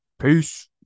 Peace